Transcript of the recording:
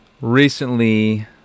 Recently